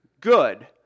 good